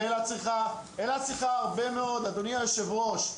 ואילת צריכה הרבה מאוד אדוני היושב-ראש,